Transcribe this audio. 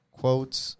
quotes